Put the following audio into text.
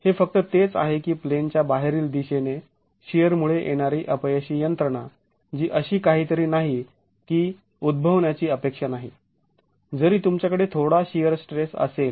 हे फक्त तेच आहे की प्लेनच्या बाहेरील दिशेने शिअर मुळे येणारी अपयशी यंत्रणा जी अशी काहीतरी नाही की उद्भवण्याची अपेक्षा नाही जरी तुमच्याकडे थोडा शिअर स्ट्रेस असेल